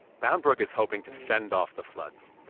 bound brook is hoping to fend off the floods.